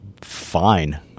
fine